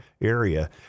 area